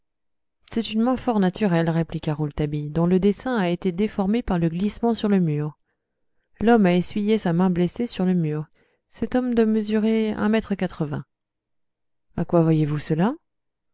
c'est une main fort naturelle répliqua rouletabille dont le dessin a été déformé par le glissement sur le mur l'homme a essuyé sa main blessée sur le mur cet homme doit mesurer un mètre quatre-vingts à quoi voyez-vous cela